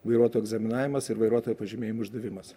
vairuotojų egzaminavimas ir vairuotojo pažymėjimų išdavimas